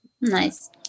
Nice